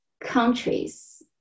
countries